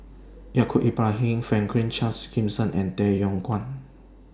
Yaacob Ibrahim Franklin Charles Gimson and Tay Yong Kwang